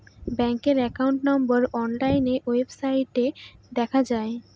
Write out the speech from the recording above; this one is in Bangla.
ব্যাঙ্কের একাউন্ট নম্বর অনলাইন ওয়েবসাইটে দেখা যায়